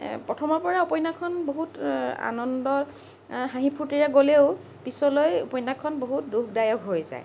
প্ৰথমৰ পৰাই উপন্যাসখন বহুত আনন্দ হাঁহি ফুৰ্ত্তিৰে গ'লেও পিছলৈ উপন্যাসখন বহুত দুখদায়ক হৈ যায়